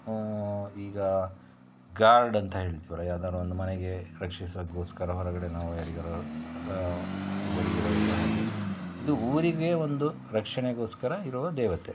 ಈಗ ಗಾರ್ಡ್ ಅಂತ ಹೇಳ್ತೀವಲ್ಲ ಯಾವ್ದಾರೂ ಒಂದು ಮನೆಗೆ ರಕ್ಷಿಸಗೋಸ್ಕರ ಹೊರಗಡೆ ನಾವು ಯಾರಿಗಾದ್ರೂ ಒಬ್ಬರಿಗೆ ಇಡೋದು ಹಾಗೇ ಇದು ಊರಿಗೆ ಒಂದು ರಕ್ಷಣೆಗೋಸ್ಕರ ಇರುವ ದೇವತೆ